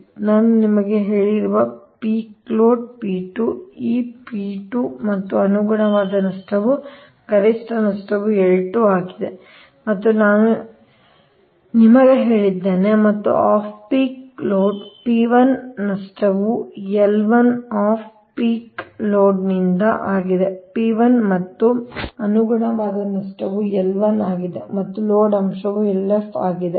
ಆದ್ದರಿಂದ ನಾನು ನಿಮಗೆ ಹೇಳಿರುವ ಪೀಕ್ ಲೋಡ್ P2 ಈ P2 ಮತ್ತು ಅನುಗುಣವಾದ ನಷ್ಟವು ಗರಿಷ್ಠ ನಷ್ಟವು L2 ಆಗಿದೆ ಮತ್ತು ನಾನು ನಿಮಗೆ ಹೇಳಿದ್ದೇನೆ ಮತ್ತು ಆಫ್ ಪೀಕ್ ಲೋಡ್ P1 ನಷ್ಟವು L1 ಆಫ್ ಪೀಕ್ ಲೋಡ್ ಆಗಿದೆ P1 ಮತ್ತು ಅನುಗುಣವಾದ ನಷ್ಟವು L1 ಆಗಿದೆ ಮತ್ತು ಲೋಡ್ ಅಂಶವು LF ಆಗಿದೆ